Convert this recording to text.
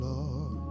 Lord